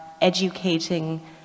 educating